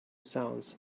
sounds